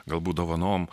galbūt dovanom